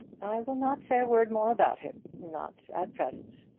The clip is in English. i will not say a word more about him not at present.